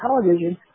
television